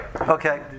okay